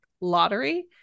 lottery